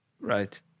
Right